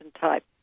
type